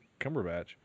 Cumberbatch